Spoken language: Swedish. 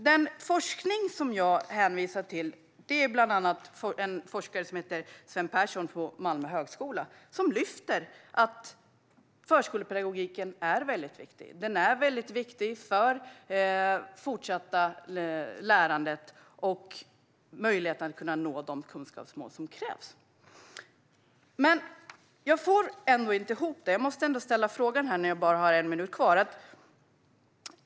Den forskning som jag hänvisar till är bland annat en forskare som heter Sven Persson vid Malmö högskola, som lyfter fram att förskolepedagogiken är mycket viktig. Den är mycket viktig för det fortsatta lärandet och möjligheten att nå de kunskapsmål som krävs. Men jag får ändå inte ihop detta och måste ställa en fråga.